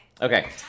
Okay